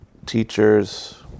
Teachers